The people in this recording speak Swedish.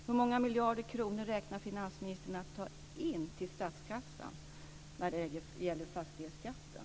Hur många miljarder kronor räknar finansministern med att ta in till statskassan via fastighetsskatten?